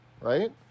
right